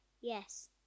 Yes